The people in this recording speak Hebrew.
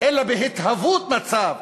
אלא בהתהוות מצב.